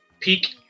Peak